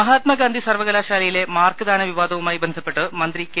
മഹാത്മാഗാന്ധി സർവകലാശാലയിലെ മാർക്ക് ദാന വിവാദവു മായി ബന്ധപ്പെട്ട് മന്ത്രി കെ